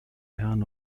herrn